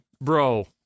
bro